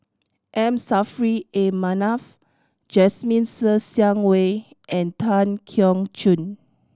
M Saffri A Manaf Jasmine Ser Xiang Wei and Tan Keong Choon